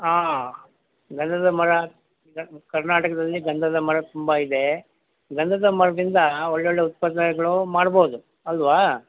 ಹಾಂ ಗಂಧದ ಮರ ಕರ ಕರ್ನಾಟಕದಲ್ಲಿ ಗಂಧದ ಮರ ತುಂಬ ಇದೆ ಗಂಧದ ಮರದಿಂದ ಒಳ್ಳೊಳ್ಳೆಯ ಉತ್ಪನ್ನಗಳು ಮಾಡ್ಬೋದು ಅಲ್ಲವಾ